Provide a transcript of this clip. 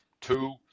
Two